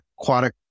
aquatic